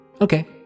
Okay